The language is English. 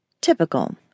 Typical